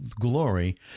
glory